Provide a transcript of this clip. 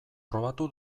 probatu